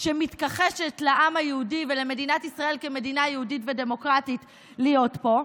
שמתכחשת לעם היהודי ולמדינת ישראל כמדינה יהודית ודמוקרטית להיות פה.